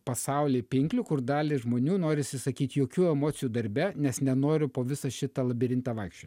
pasaulį pinklių kur daliai žmonių norisi sakyt jokių emocijų darbe nes nenoriu po visą šitą labirintą vaikščiot